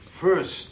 first